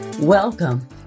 Welcome